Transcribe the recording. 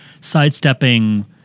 sidestepping